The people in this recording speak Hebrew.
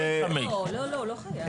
לא, לא חייב.